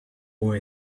boy